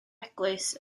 eglwys